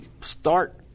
start